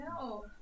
No